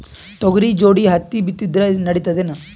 ತೊಗರಿ ಜೋಡಿ ಹತ್ತಿ ಬಿತ್ತಿದ್ರ ನಡಿತದೇನು?